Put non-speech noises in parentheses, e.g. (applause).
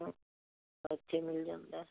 (unintelligible) ਮਿਲ ਜਾਂਦਾ ਹਾਂ